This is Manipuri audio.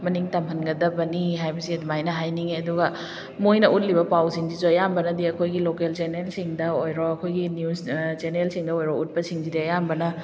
ꯃꯅꯤꯡ ꯇꯝꯍꯟꯒꯗꯕꯅꯤ ꯍꯥꯏꯕꯁꯤ ꯑꯗꯨꯃꯥꯏꯅ ꯍꯥꯏꯅꯤꯡꯉꯤ ꯑꯗꯨꯒ ꯃꯣꯏꯅ ꯎꯠꯂꯤꯕ ꯄꯥꯎꯁꯤꯡꯁꯤꯁꯨ ꯑꯌꯥꯝꯕꯅꯗꯤ ꯑꯩꯈꯣꯏꯒꯤ ꯂꯣꯀꯦꯜ ꯆꯦꯅꯦꯜꯁꯤꯡꯗ ꯑꯣꯏꯔꯣ ꯑꯩꯈꯣꯏꯒꯤ ꯅ꯭ꯌꯨꯁ ꯆꯦꯅꯦꯜꯁꯤꯡꯗ ꯑꯣꯏꯔꯣ ꯎꯠꯄꯁꯤꯡꯁꯤꯗꯤ ꯑꯌꯥꯝꯕꯅ